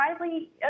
widely